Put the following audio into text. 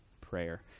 prayer